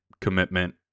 commitment